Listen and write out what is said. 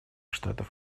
штатов